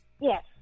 Yes